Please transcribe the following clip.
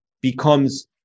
becomes